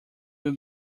will